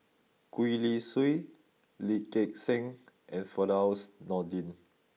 Gwee Li Sui Lee Gek Seng and Firdaus Nordin